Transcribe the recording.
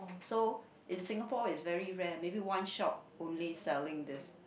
so in Singapore is very rare maybe one shop only selling this